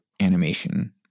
animation